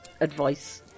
advice